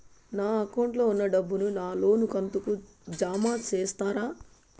నా అకౌంట్ లో ఉన్న డబ్బును నా లోను కంతు కు జామ చేస్తారా?